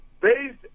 based